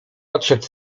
odszedł